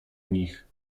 nich